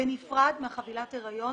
בנפרד מחבילת ההריון,